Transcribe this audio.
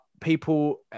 people